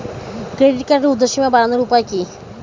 Credit কার্ডের উর্ধ্বসীমা বাড়ানোর উপায় কি?